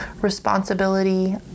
responsibility